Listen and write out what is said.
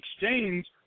exchange